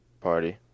Party